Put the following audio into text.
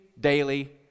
daily